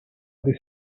this